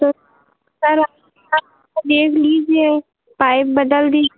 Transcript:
तो सर आ देख लीजिए पाइप बदल दीजिए